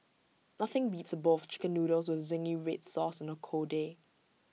nothing beats A bowl of Chicken Noodles with Zingy Red Sauce on A cold day